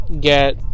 get